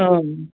हां